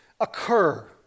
occur